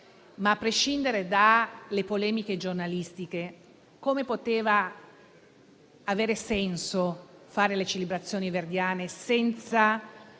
a prescindere dalle polemiche giornalistiche, come poteva avere senso tenere le celebrazioni verdiane senza